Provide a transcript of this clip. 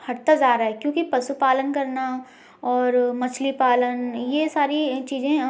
हटता जा रहा है क्योंकि पशुपालन करना और मछली पालन ये सारी चीज़ें